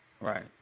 Right